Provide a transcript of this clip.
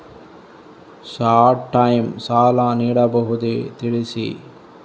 Short time ಸಾಲ ನೀಡಬಹುದೇ ತಿಳಿಸಿ?